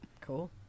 Cool